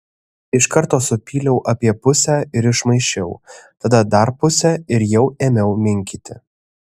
iš karto supyliau apie pusę ir išmaišiau tada dar pusę ir jau ėmiau minkyti